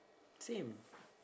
same